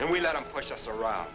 and we let him push us around